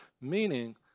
meaning